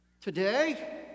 today